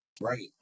right